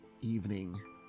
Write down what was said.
evening